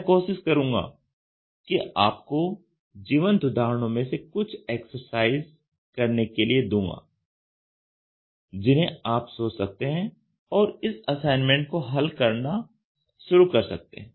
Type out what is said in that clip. मैं कोशिश करूंगा कि आपको जीवंत उदाहरणों में से कुछ एक्सरसाइज करने के लिए दूंगा जिन्हें आप सोच सकते हैं और इस असाइनमेंट को हल करना शुरू कर सकते हैं